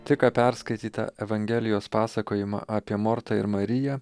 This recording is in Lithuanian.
tik ką perskaitytą evangelijos pasakojimą apie mortą ir mariją